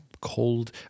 cold